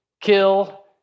kill